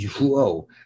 Whoa